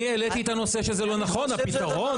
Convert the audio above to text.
אני העליתי את הנושא שזה לא נכון, הפתרון.